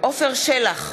עפר שלח,